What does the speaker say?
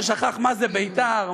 ששכח מה זה בית"ר,